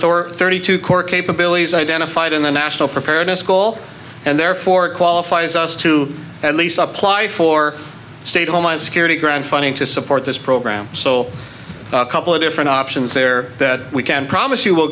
store thirty two core capabilities identified in the national preparedness school and therefore qualifies us to at least up ply for state homeland security grant funding to support this program so a couple of different options there that we can promise you will